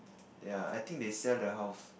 ya I think they sell the house